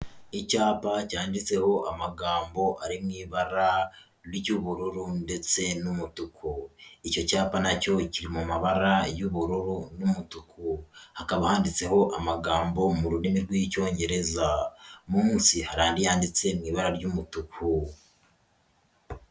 Icyapa cyanditseho amagambo ari mu ibara ry'ubururu ndetse n'umutuku, icyo cyapa na cyo kiri mu mabara y'ubururu n'umutuku, hakaba handitseho amagambo mu rurimi rw'Icyongereza, munsi hari andi yanditse mu ibara ry'umutuku.